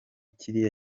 kiriya